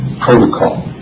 protocol